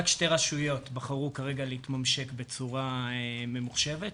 רק שתי רשויות בחרו כרגע להתממשק בצורה ממוחשבת,